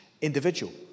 individual